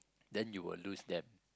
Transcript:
then you will lose them